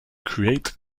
create